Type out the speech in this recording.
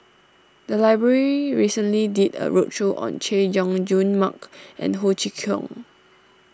the library recently did a roadshow on Chay Jung Jun Mark and Ho Chee Kong